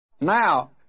Now